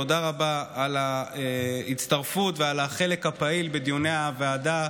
תודה רבה על ההצטרפות ועל החלק הפעיל בדיוני הוועדה.